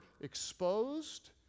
exposed